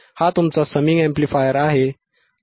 हा तुमचा summing amplifier आहे